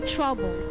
trouble